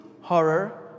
horror